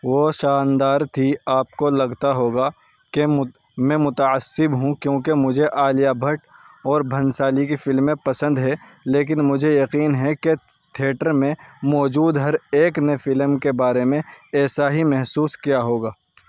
وہ شاندار تھی آپ کو لگتا ہوگا کہ میں متعصب ہوں کیونکہ مجھے عالیہ بھٹ اور بھنسالی کی فلمیں پسند ہے لیکن مجھے یقین ہے کہ تھیٹر میں موجود ہر ایک نے فلم کے بارے میں ایسا ہی محسوس کیا ہوگا